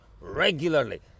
regularly